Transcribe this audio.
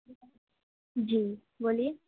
جی بولیے